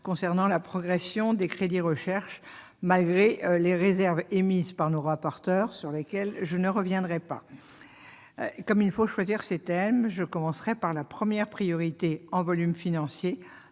concernant la progression des crédits alloués à la recherche, malgré les réserves émises par nos rapporteurs, sur lesquelles je ne reviendrai pas. Comme il faut choisir ses thèmes, je commencerai par la première priorité en volume financier